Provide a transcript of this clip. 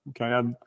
Okay